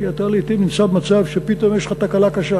כי אתה לעתים נמצא במצב שפתאום יש לך תקלה קשה